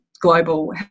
global